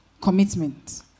Commitment